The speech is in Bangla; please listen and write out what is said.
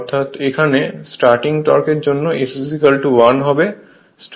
অর্থাৎ এখানে স্টার্টিং টর্কের জন্য S 1 হবে